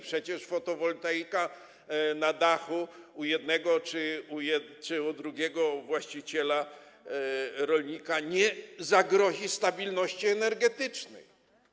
Przecież fotowoltaika na dachu u jednego czy u drugiego właściciela, rolnika nie zagrozi stabilności energetycznej.